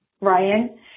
Ryan